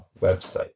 website